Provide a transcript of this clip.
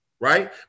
right